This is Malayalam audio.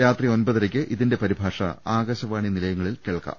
രാത്രി ഒൻപതരക്ക് ഇതിന്റെ പരിഭാഷ ആകാശവാണി നിലയങ്ങളിൽ കേൾക്കാം